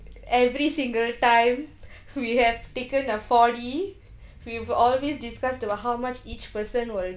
every single time we have taken a four D we will always discuss about how much each person will